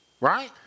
Right